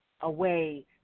away